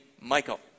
Michael